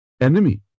enemy